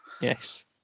Yes